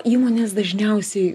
įmonės dažniausiai